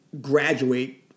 graduate